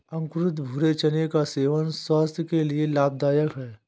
अंकुरित भूरे चने का सेवन स्वास्थय के लिए लाभदायक है